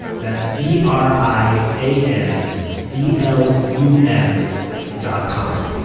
that's b r i a n b l u m dot com